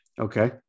Okay